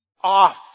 off